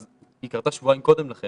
אז היא קרתה שבועיים קודם לכן,